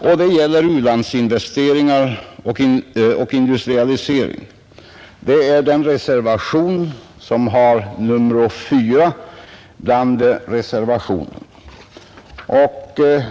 är u-landsinvesteringarna och u-ländernas industrialisering. Dessa frågor behandlas i reservationen 5.